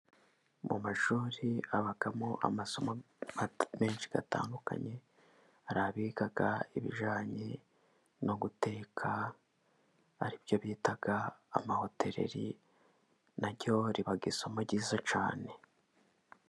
Mu mashuri habamo amasomo menshi atandukanye, hari abiga ibijye no guteka ari byo bita amahotereri, naryo riba isomo ryiza cyane.